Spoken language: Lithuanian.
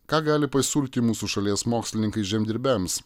ką gali pasiūlyti mūsų šalies mokslininkai žemdirbiams